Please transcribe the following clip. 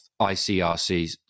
ICRCs